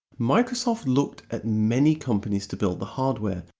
microsoft looked at many companies to build the hardware,